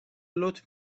لطف